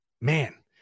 man